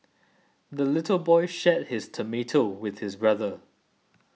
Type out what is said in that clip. the little boy shared his tomato with his brother